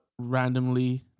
randomly